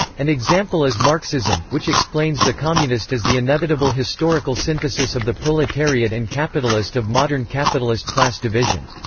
an example is marxism, which explains the communist as the inevitable historical synthesis of the proletariat and capitalist of modern capitalist class division.